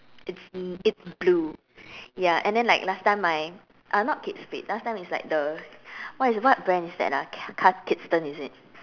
it it's blue ya and then like last time my uh not Kate Spade last time is like the what is what brand is that ah Cath Kidston is it